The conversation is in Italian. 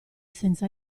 senza